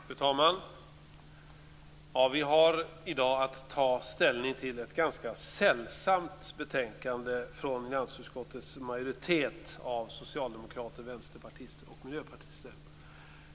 Fru talman! Vi har i dag att ta ställning till ett ganska sällsamt betänkande från finansutskottets majoritet av socialdemokrater, vänsterpartister och miljöpartister.